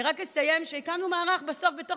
אני רק אסיים ואומר שהקמנו מערך בסוף בתוך